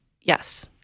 yes